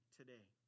today